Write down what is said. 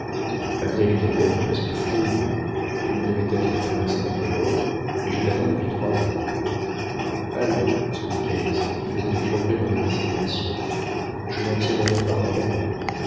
abd-el-kader est presque fourbu tu ne devais être qu'un instant dehors et je t'attends depuis trois heures allons se dit calyste qui faisait des progrès dans la dissimulation je m'en tirerai par un cadeau